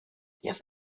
jetzt